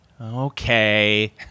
Okay